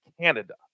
Canada